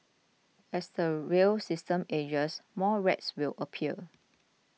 as the rail system ages more rats will appear